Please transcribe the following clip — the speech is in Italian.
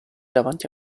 davanti